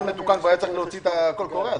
מתוקן כבר היה צריך להוציא קול קורא בנושא.